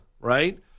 Right